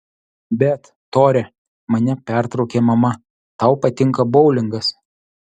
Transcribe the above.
bet tore mane pertraukė mama tau patinka boulingas